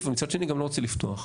מצד שני גם לא רוצה לפתוח.